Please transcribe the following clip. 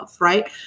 Right